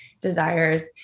desires